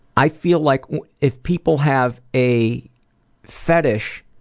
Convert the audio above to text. i feel like if people have a fetish,